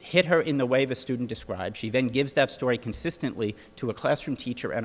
hit her in the way the student described she then gives that story consistently to a classroom teacher and a